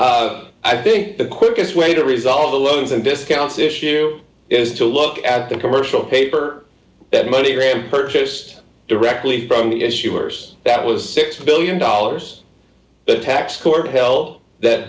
i think the quickest way to resolve the loads and discounts issue here is to look at the commercial pay for that money gram purchased directly from the issuers that was six billion dollars the tax court held that